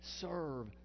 serve